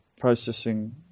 processing